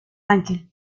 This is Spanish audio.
ángel